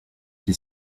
qui